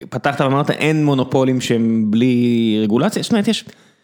פתחת ואמרת אין מונופולים שהם בלי רגולציה, זאת אומרת יש.